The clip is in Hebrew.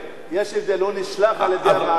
הוא נשלח על-ידי המערכת.